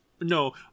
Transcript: No